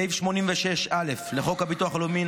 סעיף 86(א) לחוק הביטוח הלאומי ,